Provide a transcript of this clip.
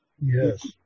Yes